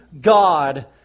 God